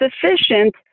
sufficient